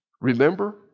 Remember